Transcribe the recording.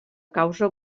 causa